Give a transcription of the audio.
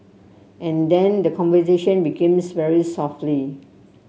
and then the conversation begins very softly